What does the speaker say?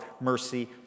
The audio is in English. mercy